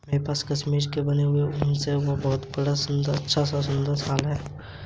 मुद्रा के रूप में नोट और सिक्कों का परिचालन वित्तीय व्यवस्था को सुदृढ़ करता है